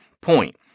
point